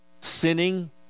sinning